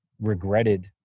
regretted